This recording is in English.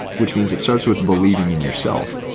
which means it starts with believing in yourself.